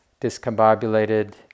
discombobulated